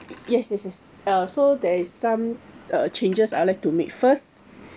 yes yes yes uh so there is some uh changes I'd like to make first